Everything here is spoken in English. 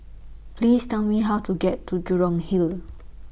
Please Tell Me How to get to Jurong Hill